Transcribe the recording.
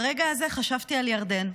ברגע הזה חשבתי על ירדן,